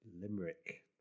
Limerick